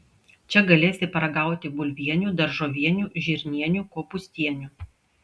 čia galėsi paragauti bulvienių daržovienių žirnienių kopūstienių